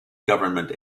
government